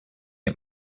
get